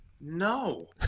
No